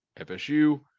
FSU